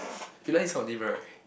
you like this kind of name right